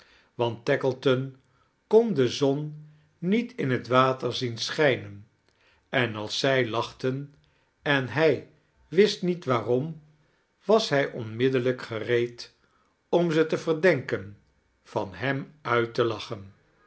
want tackleton kon de zon niet in het water zien schijnen en als zij lachten en hij wist niet waarom was hij onmiddellijk gereed om ze fee verdenken van hem uit te lachen